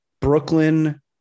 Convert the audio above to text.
Brooklyn